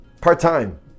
Part-time